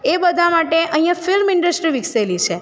એ બધા માટે અહીંયા ફિલ્મ ઇન્ડસ્ટ્રી વિકસેલી છે